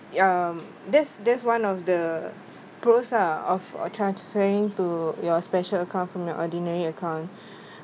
um that's that's one of the pros ah of uh transferring to your special account from your ordinary account